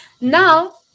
Now